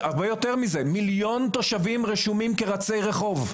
מיליון תושבים רשומים כרצי רחוב,